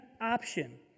option